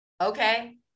okay